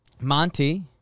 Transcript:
Monty